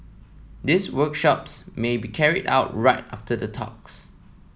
these workshops may be carried out right after the talks